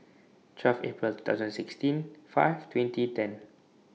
twelve April two thousand sixteen five twenty ten